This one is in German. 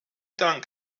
dank